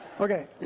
Okay